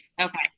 Okay